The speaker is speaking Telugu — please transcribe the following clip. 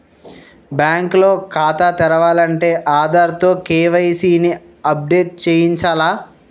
బ్యాంకు లో ఖాతా తెరాలంటే ఆధార్ తో కే.వై.సి ని అప్ డేట్ చేయించాల